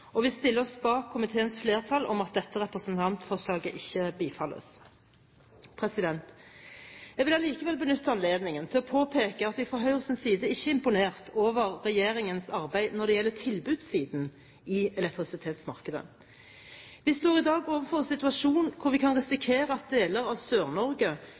og vi stiller oss bak komiteens flertall om at dette representantforslaget ikke bifalles. Jeg vil allikevel benytte anledningen til å påpeke at vi fra Høyres side ikke er imponert over regjeringens arbeid når det gjelder tilbudssiden i elektrisitetsmarkedet. Vi står i dag overfor en situasjon hvor vi kan risikere at deler av